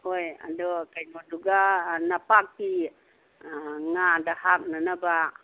ꯍꯣꯏ ꯑꯗꯨ ꯀꯩꯅꯣꯗꯨꯒ ꯅꯄꯥꯛꯄꯤ ꯉꯥꯗ ꯍꯥꯞꯅꯅꯕ